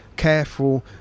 careful